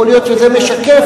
יכול להיות שזה משקף.